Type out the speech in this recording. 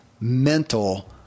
mental